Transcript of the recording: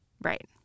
right